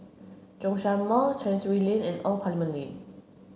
Zhongshan Mall Chancery Lane and Old Parliament Lane